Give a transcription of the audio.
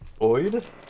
Oid